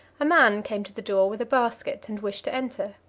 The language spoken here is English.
a man came to the door with a basket, and wished to enter.